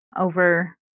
over